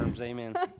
Amen